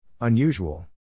Unusual